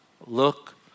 look